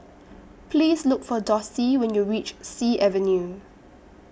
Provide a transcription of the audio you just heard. Please Look For Dossie when YOU REACH Sea Avenue